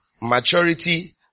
maturity